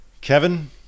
kevin